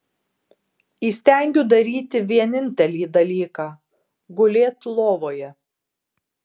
įstengiu daryti vienintelį dalyką gulėt lovoje